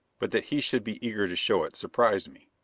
but that he should be eager to show it, surprised me.